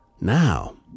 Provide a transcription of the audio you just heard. now